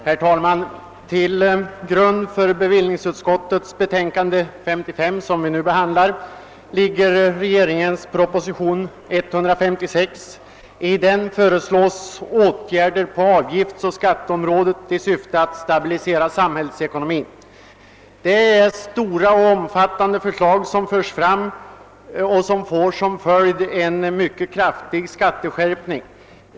Herr talman! Till grund för bevillningsutskottets betänkande nr 55, som vi nu behandlar, ligger regeringens proposition nr 156. I den föreslås åtgärder på avgiftsoch skatteområdet i syfte att stabilisera samhällsekonomin. Det är stora och omfattande förslag som förs fram och som får som följd en mycket kraftig skatteskärpning.